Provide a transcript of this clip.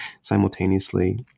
simultaneously